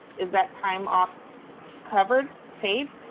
is that time off covered, paid?